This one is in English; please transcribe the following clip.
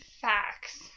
facts